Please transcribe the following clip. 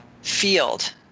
field